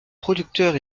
producteur